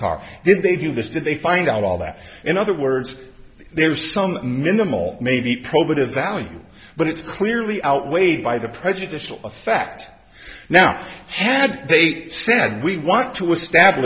car did they do this did they find out all that in other words there was some minimal maybe probative value but it's clearly outweighed by the prejudicial effect now had they said we want to estab